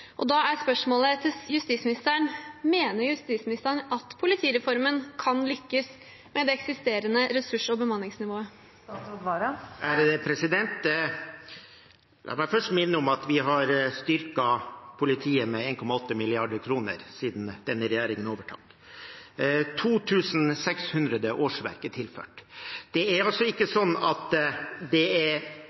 midler. Da er spørsmålet til justisministeren: Mener justisministeren at politireformen kan lykkes med det eksisterende ressurs- og bemanningsnivået? La meg først minne om at vi har styrket politiet med 1,8 mrd. kr siden denne regjeringen overtok. 2 600 årsverk er tilført. Det er altså ikke sånn at det er